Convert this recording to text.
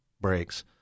breaks